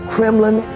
Kremlin